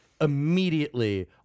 immediately